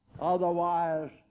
otherwise